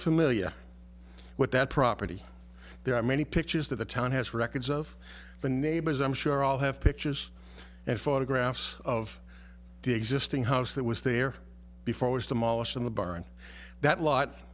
familiar with that property there are many pictures that the town has records of the neighbors i'm sure all have pictures and photographs of the existing house that was there before was demolished in the bar in that lot